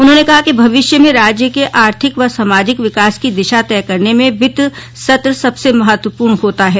उन्होंने कहा कि भविष्य में राज्य के आर्थिक व सामाजिक विकास की दिशा तय करने में वित्त सत्र सबसे महत्वपूर्ण होता हैं